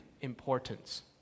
importance